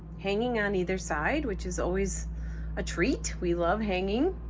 hanging on either side which is always a treat, we love hanging.